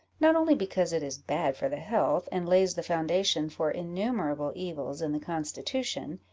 not only because it is bad for the health, and lays the foundation for innumerable evils in the constitution,